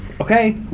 Okay